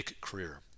career